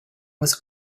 was